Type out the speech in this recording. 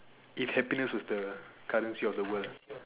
it happiness with the colour sheets of the word